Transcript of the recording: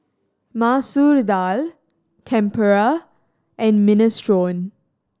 Masoor Dal Tempura and Minestrone